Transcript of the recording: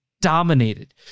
dominated